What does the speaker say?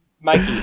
Mikey